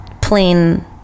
plain